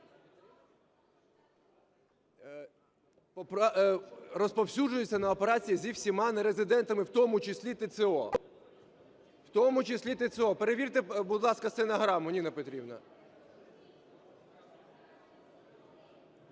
Розповсюджується на операції з усіма нерезидентами, в тому числі ТЦО, в тому числі ТЦО, перевірте, будь ласка, стенограму, Ніна Петрівна.